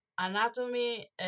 anatomy